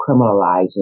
criminalizing